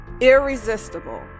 irresistible